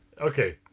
okay